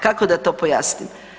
Kako da to pojasnim?